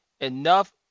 Enough